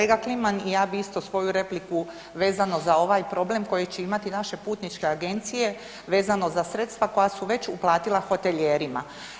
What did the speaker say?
Kolega Kliman i ja bih isto svoju repliku vezano za ovaj problem koji će imati naše putničke agencije vezano za sredstva koja su već uplatila hotelijerima.